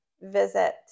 visit